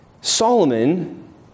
Solomon